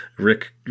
rick